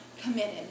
committed